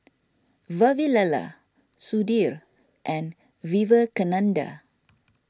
Vavilala Sudhir and Vivekananda